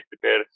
prepare